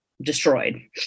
destroyed